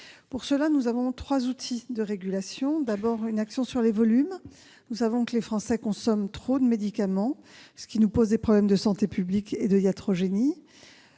Pour cela, nous avons trois outils de régulation. D'abord, une action sur les volumes, car les Français consomment trop de médicaments, ce qui pose des problèmes de santé publique et de iatrogénie.